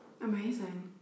amazing